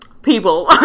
People